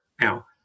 now